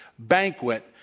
banquet